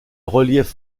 relief